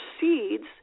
seeds